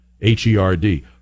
H-E-R-D